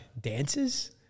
dances